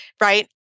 right